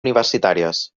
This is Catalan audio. universitàries